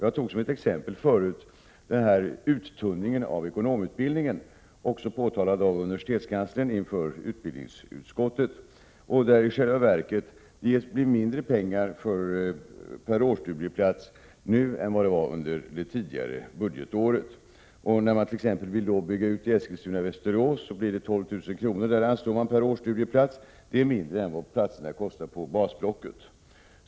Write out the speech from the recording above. Jag tog förut som exempel uttunningen av ekonomutbildningen, påtalad också av universitetskanslern inför utbildningsutskottet. I själva verket ges det mindre pengar per årsstudieplats nu än under föregående budgetår: När man t.ex. vill bygga ut i Eskilstuna/Västerås, blir det 12 000 kr. per årsstudieplats, vilket är mindre än vad platserna kostar på basblocket.